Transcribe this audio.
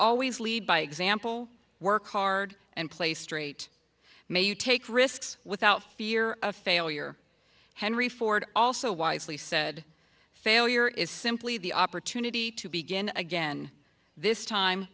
always lead by example work hard and play straight may you take risks without fear of failure henry ford also wisely said failure is simply the opportunity to begin again this time